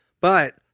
But-